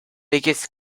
biggest